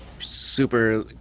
super